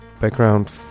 background